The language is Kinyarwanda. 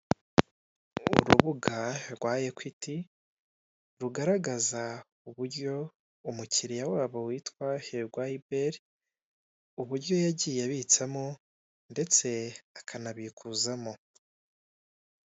Urubuga rwa Ekwiti rugaragaza uburyo umukiliya wabo witwa Hirwa Iberi, uburyo yagiye abitsamo, ndetse akanabikuzamo.